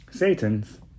Satan's